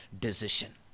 decision